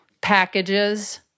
packages